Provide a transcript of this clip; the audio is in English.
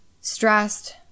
stressed